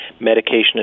medication